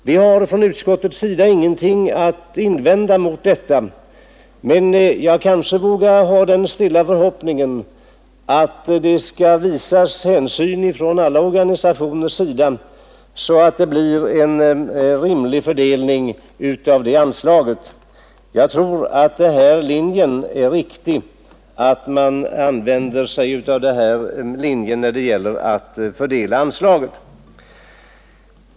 Vi har från utskottets sida ingenting att invända mot ett sådant förfarande, men jag får kanske uttala den stilla förhoppningen att det skall visas hänsyn från alla organisationers sida så att det blir en rimlig fördelning av anslaget. Jag tror att det är riktigt att man använder sig av den här linjen när det gäller att fördela anslaget.